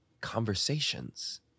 conversations